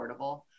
affordable